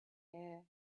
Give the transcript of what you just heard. air